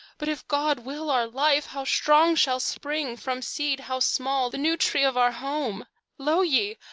but, if god will our life, how strong shall spring, from seed how small, the new tree of our home lo ye,